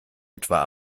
etwa